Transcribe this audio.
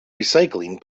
recycling